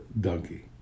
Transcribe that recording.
donkey